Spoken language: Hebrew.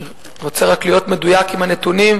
אני רק רוצה להיות מדויק עם הנתונים.